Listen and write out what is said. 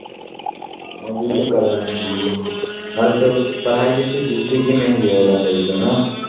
ابھی تو کروائیں لی ہیں اب تو پڑھائی جیسے ڈسٹ میں ہی ہوگا صحیح ہے نا